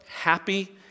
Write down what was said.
happy